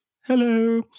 Hello